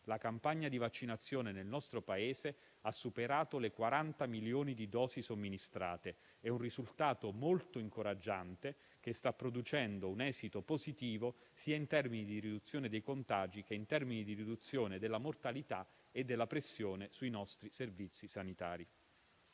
La campagna di vaccinazione nel nostro Paese ha superato le 40 milioni di dosi somministrate: è un risultato molto incoraggiante che sta producendo un esito positivo in termini sia di riduzione dei contagi che della mortalità e della pressione sui nostri servizi sanitari.